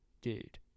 dude